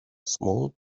small